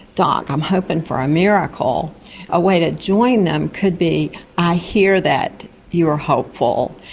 doc, i'm hoping for a miracle a way to join them could be, i hear that you are hopeful,